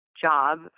job